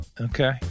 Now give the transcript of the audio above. Okay